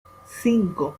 cinco